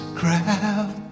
crowd